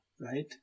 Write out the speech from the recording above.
right